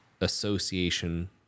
Association